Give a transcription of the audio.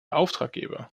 auftraggeber